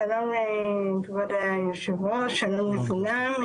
שלום לכבוד היושב ראש, שלום לכולם.